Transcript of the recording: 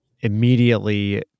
immediately